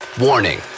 Warning